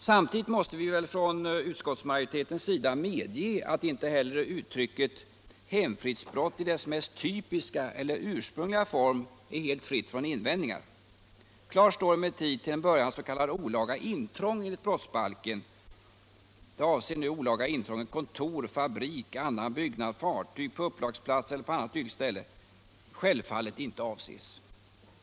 Samtidigt måste vi väl från utskottsmajoritetens sida medge att inte heller uttrycket ”hemfridsbrott i dess mest typiska eller ursprungliga form” är helt fritt från invändningar. Klart står emellertid till en början att s.k. olaga intrång enligt brottsbalken — jag avser nu olaga intrång i kontor, fabrik, annan byggnad eller fartyg, på upplagsplats eller på annat dylikt ställe — självfallet inte avses.